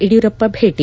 ಯುಡಿಯೂರಪ್ಪ ಭೇಟಿ